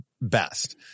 best